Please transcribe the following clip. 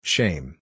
Shame